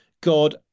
god